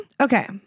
okay